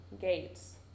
gates